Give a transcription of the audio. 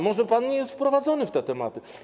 Może pan nie jest wprowadzony w te tematy?